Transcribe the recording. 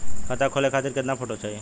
खाता खोले खातिर केतना फोटो चाहीं?